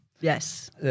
Yes